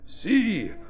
See